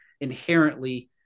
inherently